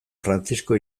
frantzisko